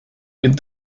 with